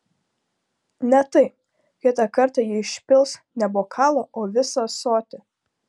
ne tai kitą kartą ji išpils ne bokalą o visą ąsotį